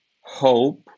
hope